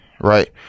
right